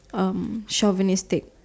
um chauvinistic